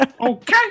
Okay